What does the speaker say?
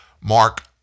mark